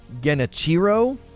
Genichiro